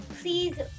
please